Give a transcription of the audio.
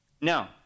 No